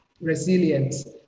Resilience